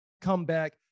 comeback